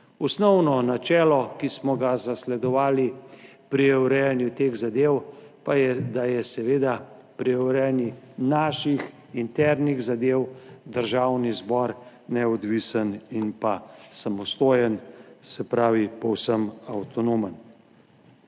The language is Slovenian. Osnovno načelo, ki smo ga zasledovali pri urejanju teh zadev, pa je, da je seveda pri urejanju naših internih zadev Državni zbor neodvisen in pa samostojen, se pravi, povsem avtonomen.